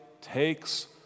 takes